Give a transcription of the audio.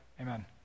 Amen